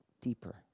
deeper